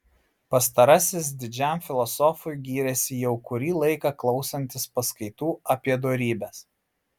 pastarasis didžiam filosofui gyrėsi jau kurį laiką klausantis paskaitų apie dorybes